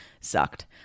sucked